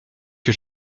que